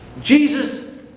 Jesus